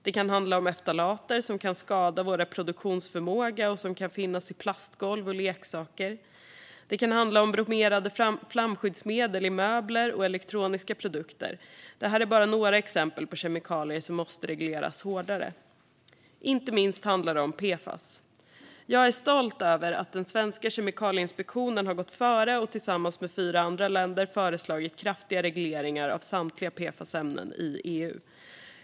Det kan handla om ftalater, som kan skada vår reproduktionsförmåga och som kan finnas i plastgolv och leksaker. Det kan handla om bromerade flamskyddsmedel i möbler och elektroniska produkter. Det här är bara några exempel på kemikalier som måste regleras hårdare. Inte minst handlar det om PFAS. Jag är stolt över att den svenska Kemikalieinspektionen har gått före och tillsammans med fyra andra länder föreslagit kraftiga regleringar av samtliga PFAS-ämnen i EU.